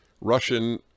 Russian